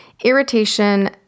irritation